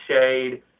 shade